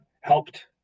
helped